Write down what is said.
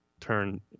turn